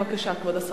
בבקשה, כבוד השר.